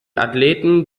athleten